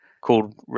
called